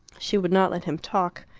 she would not let him talk.